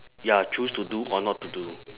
ya choose to do or not to do